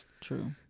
true